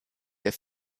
der